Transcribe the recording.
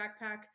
backpack